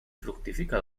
fructifica